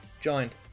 joined